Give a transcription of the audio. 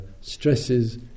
stresses